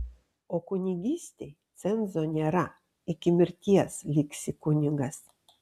o kunigystei cenzo nėra iki mirties liksi kunigas